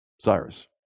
Cyrus